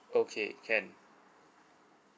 okay can